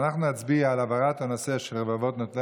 אז אנחנו נצביע על העברת הנושא: רבבות נוטלי